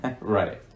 Right